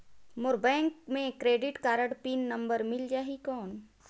मोर bank मे credit card pin number मिल जाहि कौन?